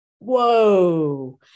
whoa